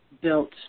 built